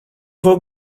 vou